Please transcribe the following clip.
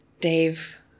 Dave